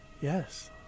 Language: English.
Yes